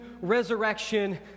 resurrection